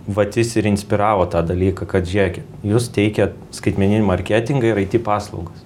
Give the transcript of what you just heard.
vat jis ir inspiravo tą dalyką kad žėkit jūs teikiat skaitmeninį marketingą ir aiti paslaugas